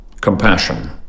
compassion